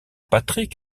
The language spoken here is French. patrick